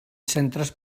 centres